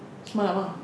semalam ah